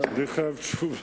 יש להם שתי אפשרויות: